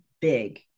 big